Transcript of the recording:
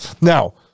Now